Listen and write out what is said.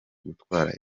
gutwara